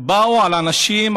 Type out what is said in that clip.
באו אל אנשים,